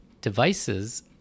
Devices